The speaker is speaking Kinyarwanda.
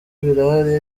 birahari